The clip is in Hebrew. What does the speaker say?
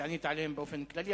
שענית עליהם באופן כללי,